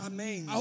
Amen